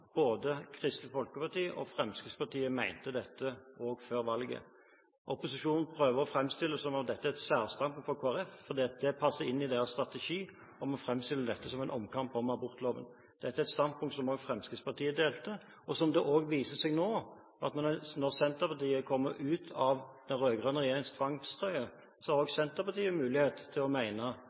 Både Kristelig Folkeparti og Fremskrittspartiet mente dette også før valget. Opposisjonen prøver å framstille det som om dette er et særstandspunkt for Kristelig Folkeparti, fordi det passer inn i deres strategi om å framstille dette som en omkamp om abortloven. Dette er et standpunkt som også Fremskrittspartiet delte, og nå viser det seg at når Senterpartiet har kommet ut av den rød-grønne regjeringens tvangstrøye, har også Senterpartiet mulighet til å